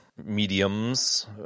mediums